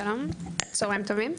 שלום, צוהריים טובים.